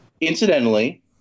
Incidentally